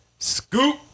Scoop